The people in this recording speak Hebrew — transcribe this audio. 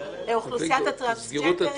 לאוכלוסיית הטרנסג'נדרים,